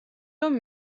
რომ